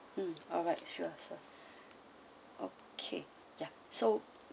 mm alright sure okay yeah so